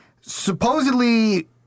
Supposedly